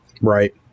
right